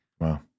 Wow